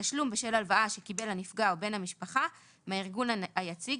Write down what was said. תשלום בשל הלוואה שקיבל הנפגע או בן המשפחה מהארגון היציג,